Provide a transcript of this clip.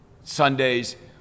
Sundays